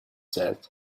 said